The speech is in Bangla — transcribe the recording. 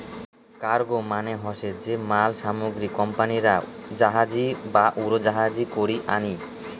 কার্গো মানে হসে যে মাল সামগ্রী কোম্পানিরা জাহাজী বা উড়োজাহাজী করি আনি